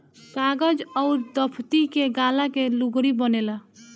कागज अउर दफ़्ती के गाला के लुगरी बनेला